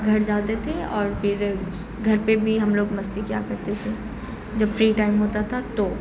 گھر جاتے تھے اور پھر گھر پہ بھی ہم لوگ مستی کیا کرتے تھے جب فری ٹائم ہوتا تھا تو